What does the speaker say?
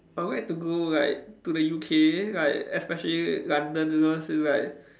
I would like to go like to the U_K like especially London you know since like